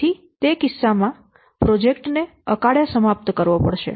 તેથી તે કેસ માં પ્રોજેક્ટ ને અકાળે સમાપ્ત કરવો પડશે